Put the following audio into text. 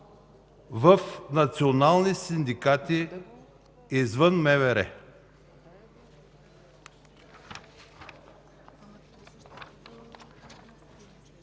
в национални синдикати извън МВР.”